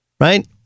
Right